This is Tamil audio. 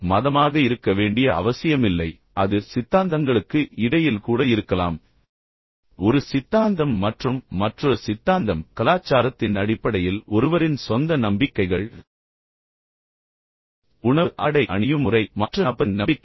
மதமாக இருக்க வேண்டிய அவசியமில்லை அது சித்தாந்தங்களுக்கு இடையில் கூட இருக்கலாம் ஒரு சித்தாந்தம் மற்றும் மற்றொரு சித்தாந்தம் கலாச்சாரத்தின் அடிப்படையில் ஒருவரின் சொந்த நம்பிக்கைகள் உணவு ஆடை அணியும் முறை மற்ற நபரின் நம்பிக்கைகள்